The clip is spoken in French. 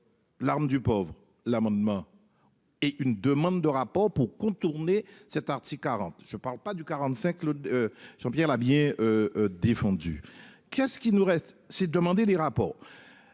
L'arme du pauvre, l'amendement. Et une demande de rapport pour contourner cet article 40 je parle pas du 45 le. J'aime bien m'habiller. Défendu. Qu'est-ce qui nous reste, c'est demander des rapports